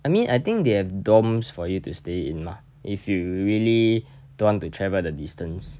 I mean I think they have dorms for you to stay in mah if you really don't want to travel the distance